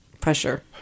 pressure